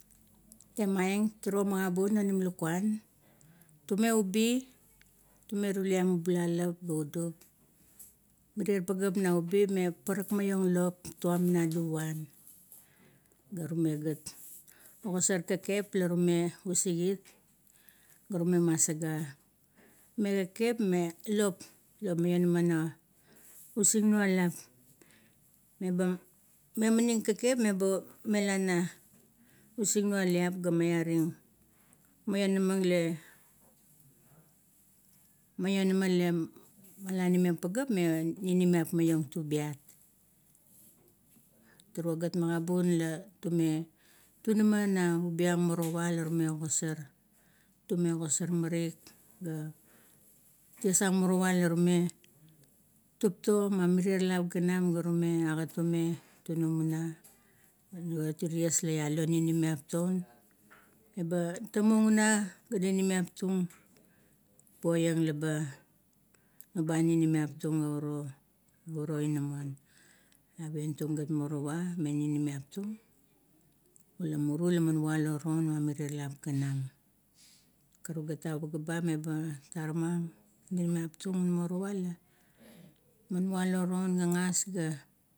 Temaieng turuo magabun onim lukuan tume ubi, tume tulian ubialop, ga udup, mirier pageap naubi, me paparak maiong lop tuam na luvan. La rume gat ogasor kekep la rume usigit ga rume masaga. Me kekep me lop la maionama na usingnualap, meba memaning kekep meba mela na usingualip ga miaring, mionama, le, mionama le malamim meng pageap me na ninimiap maiong tubiat. Turu ga magabun la tume tunama na ubiang morowa la rume ogosar, tume ogosar marik ga ties an morowa. La rume tupto mamirier lap ganam, ga rume agat, tunama una. Uret ties la ialo ninimiap ta un, eba tamung una ga ninimiap tung, poiang leba noba ninimiap tung nauro uro inamon. Avien tung ga morowa me ninimiap tung la muru la man walo reun, ma mire lap ganam. Karuk gat a pagea ba, meba taramang, ninimiap tung un morowa la walo re un gagas ga.